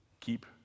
keep